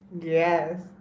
Yes